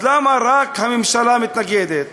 אז למה רק הממשלה מתנגדת?